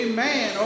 Amen